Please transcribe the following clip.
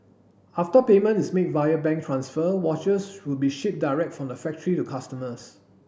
after payment is made via bank transfer watches would be shipped direct from the factory to customers